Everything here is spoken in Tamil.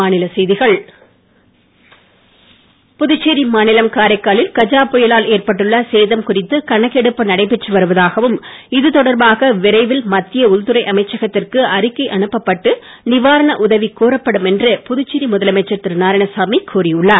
நாராயணசாமி புதுச்சேரி மாநிலம் காரைக்காலில் கஜா புயலால் ஏற்பட்டுள்ள சேதம் குறித்து கணக்கெடுப்பு நடைபெற்று வருவதாகவும் இதுதொடர்பாக விரைவில் மத்திய உள்துறை அமைச்சகத்திற்கு அறிக்கை அனுப்பப் பட்டு நிவாரண உதவி கோரப்படும் என்று புதுச்சேரி முதலமைச்சர் திரு நாராயணசாமி கூறினார்